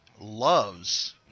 loves